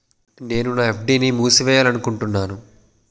నేను నా ఎఫ్.డి ని మూసివేయాలనుకుంటున్నాను